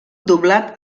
doblat